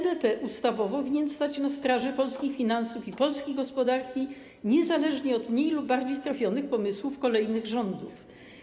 NBP ustawowo winien stać na straży polskich finansów i polskiej gospodarki, niezależnie od mniej lub bardziej trafionych pomysłów kolejnych rządów.